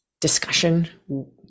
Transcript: discussion